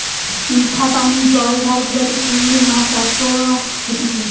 মিঠা পানি জলাধার গুলাতে চিংড়ি মাছ চাষ করা হতিছে